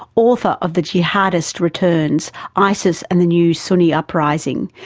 author of the jihadis return isis and the new sunni uprising,